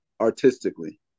artistically